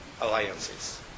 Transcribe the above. alliances